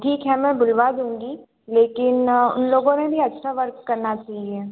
ठीक है मैं बुलवा दूँगी लेकिन उन लोगों में भी एक्स्ट्रा वर्क करना चाहिए